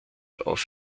auf